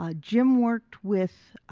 ah jim worked with,